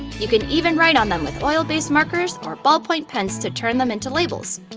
you can even write on them with oil-based markers or ballpoint pens to turn them into labels!